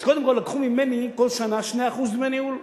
אז קודם כול לקחו ממני כל שנה 2% דמי ניהול,